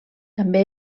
també